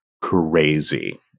crazy